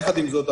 יחד עם זאת,